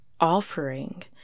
offering